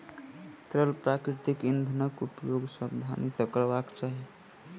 तरल प्राकृतिक इंधनक उपयोग सावधानी सॅ करबाक चाही